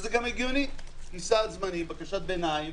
זה הגיוני, כי סעד זמני בקשות ביניים